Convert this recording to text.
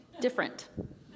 different